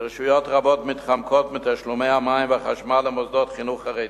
ורשויות רבות מתחמקות מתשלומי המים והחשמל למוסדות חינוך חרדיים.